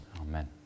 Amen